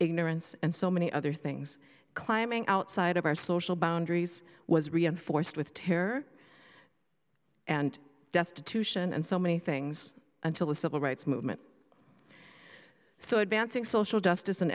ignorance and so many other things climbing outside of our social boundaries was reinforced with terror and destitution and so many things until the civil rights movement so advancing social justice and